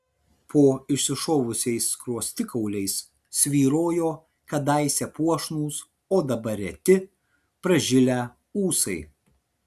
po išsišovusiais skruostikauliais svyrojo kadaise puošnūs o dabar reti pražilę ūsai